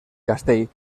castell